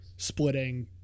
splitting